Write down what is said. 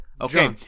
Okay